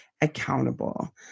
accountable